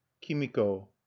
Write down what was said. Kimiko